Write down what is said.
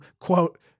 quote